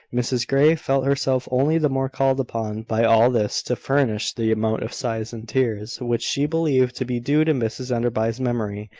mrs grey felt herself only the more called upon by all this to furnish the amount of sighs and tears which she believed to be due to mrs enderby's memory.